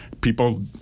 people